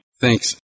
Thanks